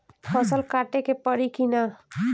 फसल काटे के परी कि न?